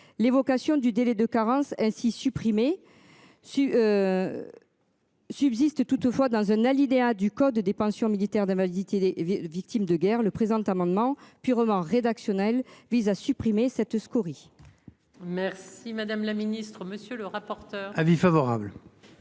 L'évocation du délai de carence ainsi supprimés. Si. Subsiste toutefois dans un alinéa du code des pensions militaires d'invalidité des victimes de guerre le présent amendement purement rédactionnel vise à supprimer cette scories. Merci madame la ministre, monsieur le rapporteur. Avis favorable.